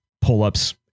pull-ups